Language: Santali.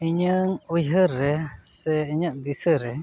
ᱤᱧᱟᱹᱜ ᱩᱭᱦᱟᱹᱨ ᱥᱮ ᱤᱧᱟᱹᱜ ᱫᱤᱥᱟᱹ ᱨᱮ